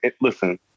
Listen